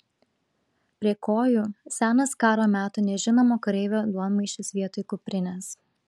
prie kojų senas karo metų nežinomo kareivio duonmaišis vietoj kuprinės